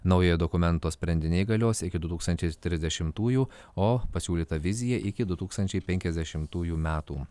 naujojo dokumento sprendiniai galios iki du tūkstančiai trisdešimtųjų o pasiūlyta vizija iki du tūkstančiai penkiasdešimtųjų metų